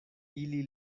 ili